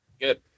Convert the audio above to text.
Good